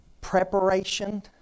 Preparation